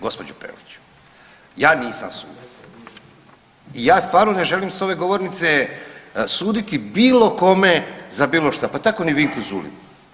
Gospođo Peović ja nisam sudac i ja stvarno ne želim s ove govornice suditi bilo kome za bilo šta pa tako ni Vinku Zulimu.